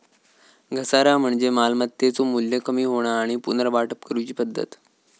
घसारा म्हणजे मालमत्तेचो मू्ल्य कमी होणा आणि पुनर्वाटप करूची पद्धत